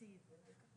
וזה גם